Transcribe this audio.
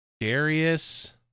Darius